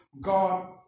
God